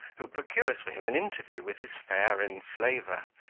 who procures for him an interview with his fair enslaver,